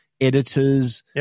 editors